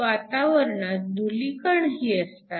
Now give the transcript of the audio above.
वातावरणात धूलिकणही असतात